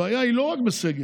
הבעיה היא לא רק בסגר.